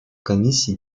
комиссии